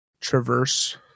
traverse